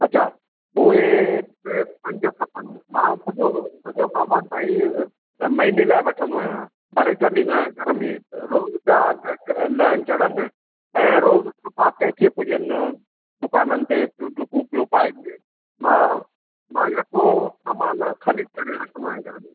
अच्छा उहे पंज खपनि मां सॼो सॼो सामानु साईं महीने लाइ वठंदो आहियां भरे छॾींदो आहियां घर में रोज़ पिया अघु च लहनि चढ़नि ऐं रोज़ सफ़ा कंहिं खे पुॼनि दुकाननि ते दुकूं पियो पाएजो मां मां यको सामानु ख़रीदु करे रखंदो आहियां घर में